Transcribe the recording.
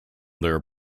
their